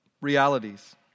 realities